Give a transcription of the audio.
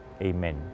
Amen